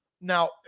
Now